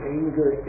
anger